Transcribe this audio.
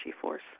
force